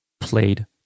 played